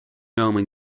roman